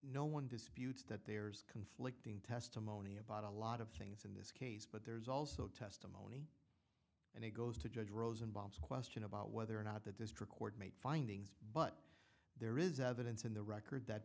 one disputes that there's conflicting testimony about a lot of things in this case but there's also test and it goes to judge rosenbaum's question about whether or not the district court made findings but there is evidence in the record that